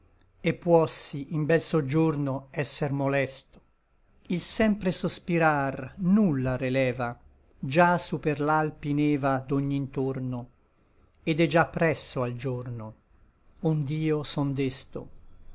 et puossi in bel soggiorno esser molesto il sempre sospirar nulla releva già su per l'alpi neva d'ogn ntorno et è già presso al giorno ond'io son desto